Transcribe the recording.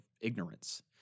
ignorance